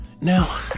Now